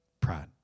pride